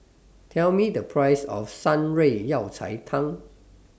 Tell Me The Price of Shan Rui Yao Cai Tang